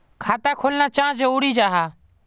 खाता खोलना चाँ जरुरी जाहा?